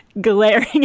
glaring